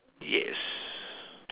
yes